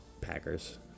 Packers